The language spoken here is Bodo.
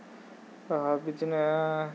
बिदिनो